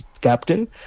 captain